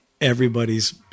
everybody's